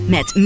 Met